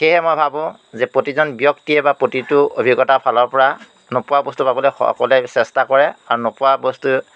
সেয়েহে মই ভাবোঁ যে প্ৰতিজন ব্যক্তিয়ে বা প্ৰতিটো অভিজ্ঞতাৰ ফালৰপৰা নোপোৱা বস্তু পাবলৈ সকলোৱে চেষ্টা কৰে আৰু নোপোৱা বস্তু